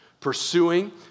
Pursuing